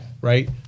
Right